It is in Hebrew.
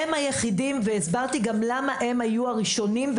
הם היחידים והסברתי גם למה הם היו הראשונים,